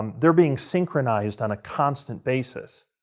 they're being synchronized on a constant basis.